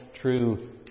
true